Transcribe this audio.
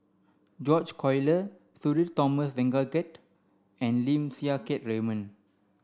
George Collyer Sudhir Thomas Vadaketh and Lim Siang Keat Raymond